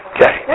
Okay